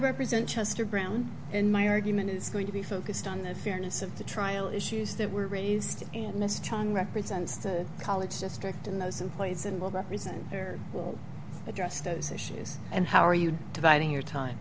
represent chester brown and my argument is going to be focused on the fairness of the trial issues that were raised and mr chung represents the college district and those employees and will represent their will address those issues and how are you dividing your time